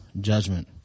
judgment